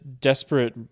desperate